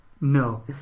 No